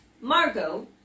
Margot